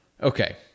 Okay